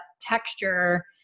texture